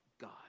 God